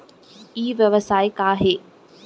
ई व्यवसाय का हे?